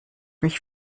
mich